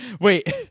Wait